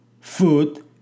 food